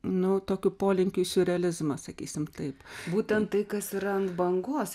nu tokiu polinkiu į siurrealizmą sakysim taip būtent tai kas yra ant bangos